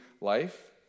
life